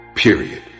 Period